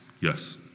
yes